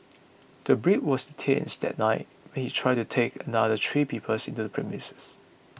the Brit was detained that night when he tried to take another three peoples into the premises